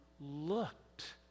looked